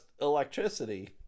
electricity